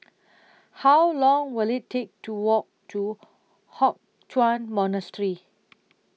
How Long Will IT Take to Walk to Hock Chuan Monastery